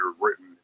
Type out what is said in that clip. written